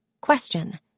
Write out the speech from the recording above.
Question